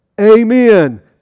Amen